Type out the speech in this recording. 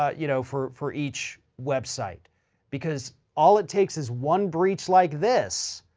ah you know, for, for each website because all it takes is one breach like this